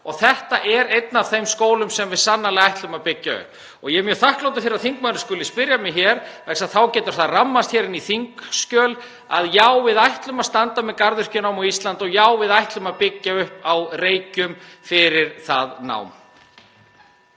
Þetta er einn af þeim skólum sem við sannarlega ætlum að byggja upp og ég er mjög þakklátur fyrir að þingmaðurinn skuli spyrja mig hér vegna þess að þá má ramma þetta inn í þingskjöl: Já, við ætlum að standa með garðyrkjunámi á Íslandi og já, við ætlum að byggja upp á Reykjum fyrir það nám.